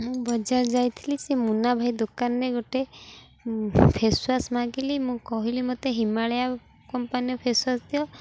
ମୁଁ ବଜାର ଯାଇଥିଲି ସେ ମୁନା ଭାଇ ଦୋକାନରେ ଗୋଟେ ଫେସ୍ ୱାଶ୍ ମାଗିଲି ମୁଁ କହିଲି ମୋତେ ହିମାଳୟ କମ୍ପାନୀର ଫେସ୍ ୱାଶ୍ ଦିଅ